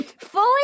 fully